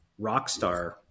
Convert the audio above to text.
Rockstar